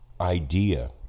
idea